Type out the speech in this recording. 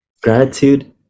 Gratitude